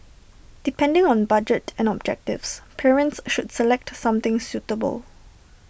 depending on budget and objectives parents should select something suitable